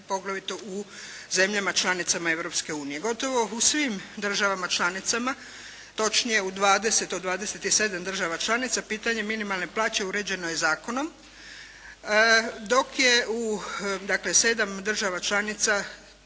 poglavito u zemljama članicama Europske unije. Gotovo u svim državama članicama, točnije u dvadeset od dvadeset i sedam članica pitanje minimalne plaće uređeno je zakonom dok je u sedam država članica